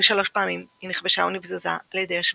ושלוש פעמים היא נכבשה ונבזזה על ידי השוודים,